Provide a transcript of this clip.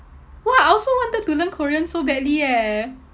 !wah! I also wanted to learn korean so badly eh